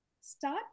start